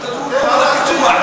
התוכנית לא בת-ביצוע,